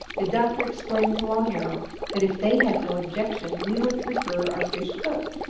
the doctor explained to long arrow that if they had no objection we would prefer our fish cooked.